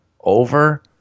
over